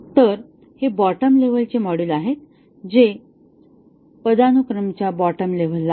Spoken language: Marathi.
तर हे बॉटम लेव्हलचे मॉड्यूल आहेत जे पदानुक्रमच्या बॉटम लेव्हलला आहेत